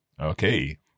Okay